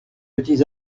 petits